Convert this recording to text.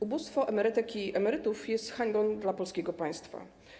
Ubóstwo emerytek i emerytów jest hańbą dla polskiego państwa.